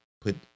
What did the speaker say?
put